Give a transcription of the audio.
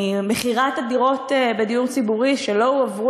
ממכירת דירות הדיור הציבורי שלא הועברו